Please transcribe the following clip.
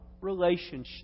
relationship